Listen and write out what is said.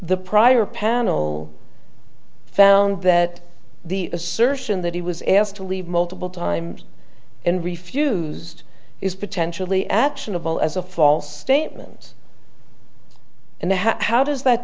the prior panel found that the assertion that he was asked to leave multiple times and refused is potentially actionable as a false statement and the how does that